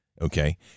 Okay